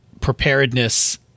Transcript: preparedness